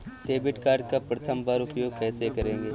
Debit card का प्रथम बार उपयोग कैसे करेंगे?